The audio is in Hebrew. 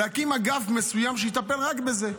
להקים אגף מסוים שיטפל רק בזה.